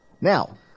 Now